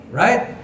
right